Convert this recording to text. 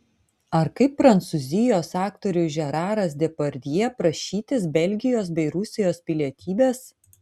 ar kaip prancūzijos aktorius žeraras depardjė prašytis belgijos bei rusijos pilietybės